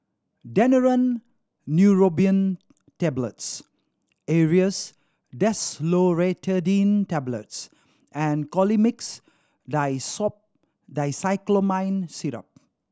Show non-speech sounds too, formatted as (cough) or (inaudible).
Daneuron Neurobion Tablets Aerius DesloratadineTablets and Colimix (unintelligible) Dicyclomine Syrup